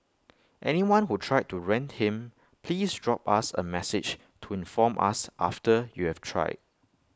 anyone who tried to rent him please drop us A message to inform us after you've tried